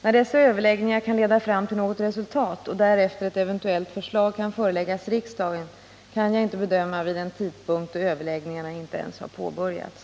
När dessa överläggningar kan leda fram till något resultat och därefter ett eventuellt förslag kan föreläggas riksdagen kan jag inte bedöma vid en tidpunkt då överläggningarna inte ens har påbörjats.